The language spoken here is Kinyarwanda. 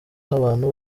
nk’abantu